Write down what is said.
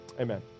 Amen